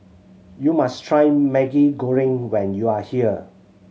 you must try Maggi Goreng when you are here